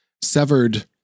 severed